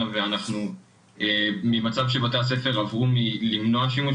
ואנחנו עברנו ממצב שבו בבתי הספר ניסו למנוע שימוש